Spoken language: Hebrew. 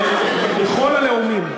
איזה לאום?